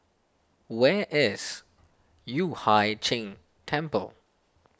where is Yueh Hai Ching Temple